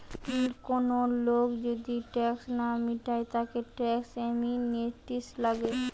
কোন লোক যদি ট্যাক্স না মিটায় তাকে ট্যাক্স অ্যামনেস্টি লাগে